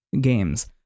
games